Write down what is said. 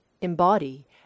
embody